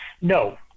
No